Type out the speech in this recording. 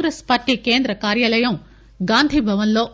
Congress party కేంద్ర కార్యాలయం గాంధీభవన్ లో